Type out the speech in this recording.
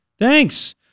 Thanks